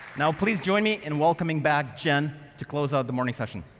now, please join me in welcoming back jen to close out the morning session.